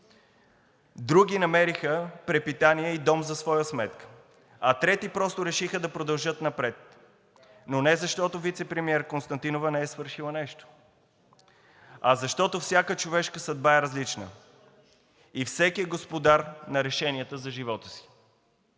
други намериха препитание и дом за своя сметка, а трети просто решиха да продължат напред, но не защото вицепремиерът Константинова не е свършила нещо, а защото всяка човешка съдба е различна и всеки е господар на решенията за живота си.